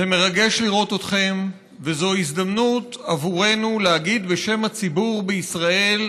זה מרגש לראות אתכם וזאת הזדמנות עבורנו להגיד בשם הציבור בישראל,